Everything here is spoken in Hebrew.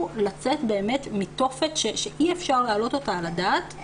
לצאת באמת מתופת שאי-אפשר להעלות אותה על הדעת.